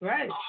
Right